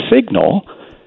signal